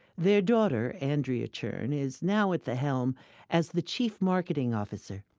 their daughter, andrea cherng, is now at the helm as the chief marketing officer.